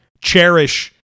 cherish